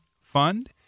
fund